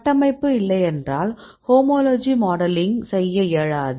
கட்டமைப்பு இல்லையென்றால் homology modelling செய்ய இயலாது